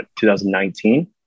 2019